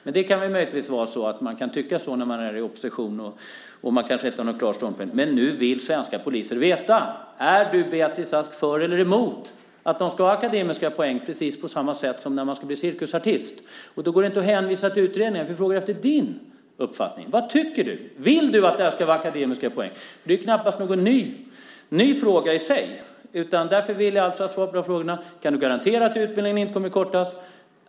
Man kan möjligtvis tycka på det ena sättet när man är i opposition och kanske inte har någon klar ståndpunkt. Men nu vill svenska poliser veta. Är du, Beatrice Ask, för eller emot att poliser ska ha akademiska poäng precis på samma sätt som när man ska bli cirkusartist? Då går det inte att hänvisa till utredningar. Vi frågar efter din uppfattning. Vad tycker du? Vill du att det ska vara akademiska poäng? Det är knappast någon ny fråga i sig. Jag vill ha svar på frågorna. Kan du garantera att utbildningen inte kommer att kortas?